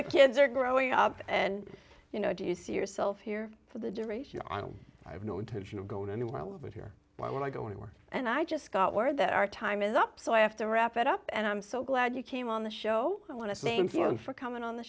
the kids are growing up and you know do you see yourself here for the duration i don't i have no intention of going anywhere a little bit here when i go to work and i just got word that our time is up so i have to wrap it up and i'm so glad you came on the show i want to same thing for coming on the